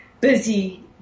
busy